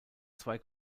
zwei